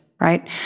right